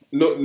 no